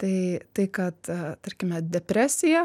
tai tai kad tarkime depresija